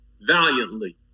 valiantly